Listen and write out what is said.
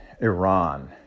Iran